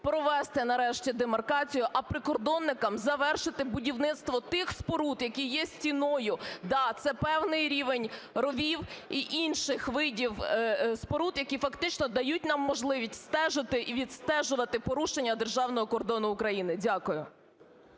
провести нарешті демаркацію, а прикордонникам завершити будівництво тих споруд, які є стіною. Да, це певний рівень ровів і інших видів споруд, які фактично дають нам можливість стежити і відстежувати порушення державного кордону України. Дякую.